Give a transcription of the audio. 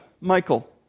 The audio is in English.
Michael